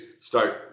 start